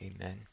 amen